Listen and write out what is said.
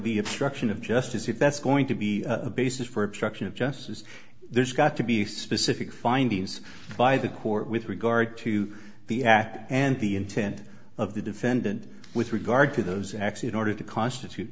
production of justice if that's going to be a basis for obstruction of justice there's got to be specific findings by the court with regard to the act and the intent of the defendant with regard to those acts in order to constitute